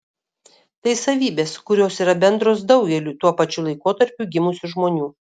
tai savybės kurios yra bendros daugeliui tuo pačiu laikotarpiu gimusių žmonių